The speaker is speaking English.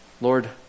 Lord